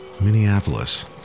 Minneapolis